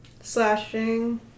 slashing